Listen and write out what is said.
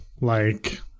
like-